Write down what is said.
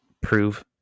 prove